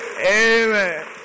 amen